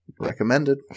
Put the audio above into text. Recommended